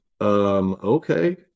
okay